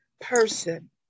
person